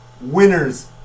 winners